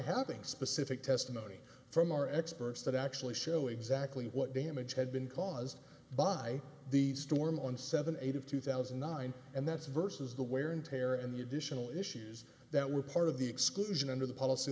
having specific testimony from our experts that actually show exactly what damage had been caused by the storm on seven eight of two thousand and nine and that's versus the wear and tear and the additional issues that were part of the exclusion of the policy